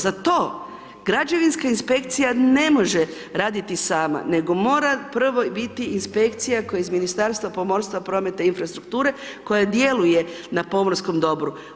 Za to građevinska inspekcija ne može raditi sama nego mora prvo biti inspekcija koja je iz Ministarstva pomorstva, prometa i infrastrukture, koja djeluje na pomorskom dobru.